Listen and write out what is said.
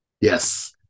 yes